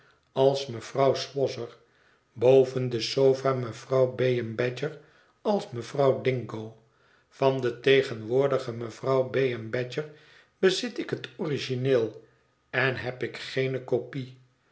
als mevrouw swosser boven de sofa mevrouw bayham badger als mevrouw dingo van de tegenwoordige mevrouw bayham badger bezit ik het origineel en heb ik geene kopie